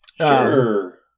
Sure